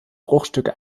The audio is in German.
bruchstücke